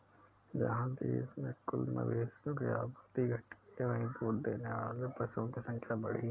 जहाँ देश में कुल मवेशियों की आबादी घटी है, वहीं दूध देने वाले पशुओं की संख्या बढ़ी है